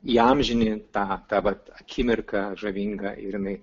įamžini tą tą vat akimirką žavingą ir jinai